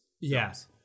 Yes